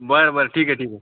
बरं बरं ठीक आहे ठीक आहे